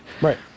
Right